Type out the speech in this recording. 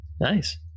Nice